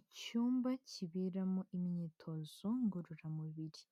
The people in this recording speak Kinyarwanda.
Icyumba kiberamo imyitozo ngororamubiri,